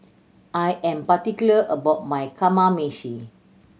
I am particular about my Kamameshi